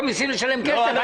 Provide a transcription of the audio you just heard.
בשנת 2016 כשהיו שריפות,